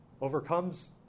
overcomes